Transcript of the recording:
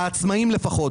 העצמאים לפחות,